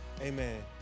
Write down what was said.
amen